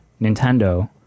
Nintendo